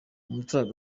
umutare